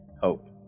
Hope